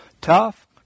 tough